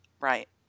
Right